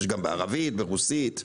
יש גם בערבית, ברוסית?